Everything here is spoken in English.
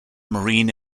marine